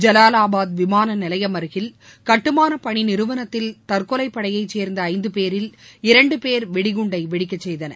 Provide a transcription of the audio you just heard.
ஜவாலாபாத் விமானநிலையம் அருகில் கட்டுமான பணி நிறுவனத்தில் தற்கொலைப்படையை சேர்ந்த ஐந்துபேரில் இரண்டுபேர் வெடிகுண்டை வெடிக்க செய்தனர்